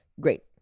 Great